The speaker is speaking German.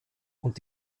und